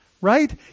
right